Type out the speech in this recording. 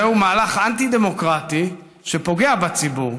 זהו מהלך אנטי-דמוקרטי שפוגע בציבור.